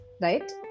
right